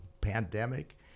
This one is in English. pandemic